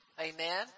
Amen